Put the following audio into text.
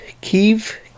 Kiev